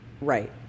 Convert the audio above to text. Right